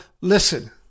Listen